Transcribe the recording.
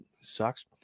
sucks